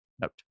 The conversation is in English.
Note